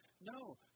No